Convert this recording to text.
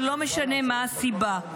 ולא משנה מה הסיבה,